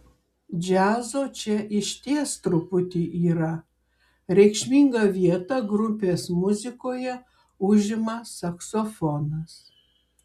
džiazo čia išties truputį yra reikšmingą vietą grupės muzikoje užima saksofonas